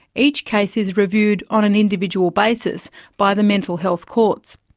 each case is reviewed on an individual basis by the mental health courts.